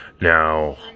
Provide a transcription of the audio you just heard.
Now